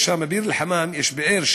בביר-אל-חמאם יש באר,